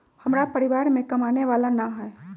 हमरा परिवार में कमाने वाला ना है?